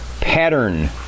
pattern